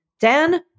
Dan